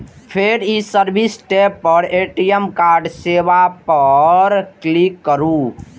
फेर ई service tab पर ए.टी.एम कार्ड सेवा पर क्लिक करू